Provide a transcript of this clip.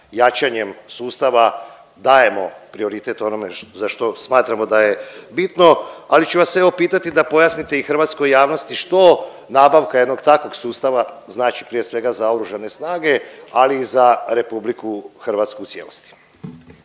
jačanjem sustava dajemo prioritet onome za što smatramo da je bitno. Ali ću vas evo pitati da pojasnite i hrvatskoj javnosti što nabavka jednog takvog sustava znači prije svega za Oružane snage, ali i za Republiku Hrvatsku u cijelosti?